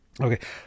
okay